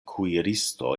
kuiristo